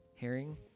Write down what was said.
Herring